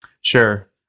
sure